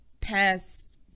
past